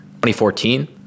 2014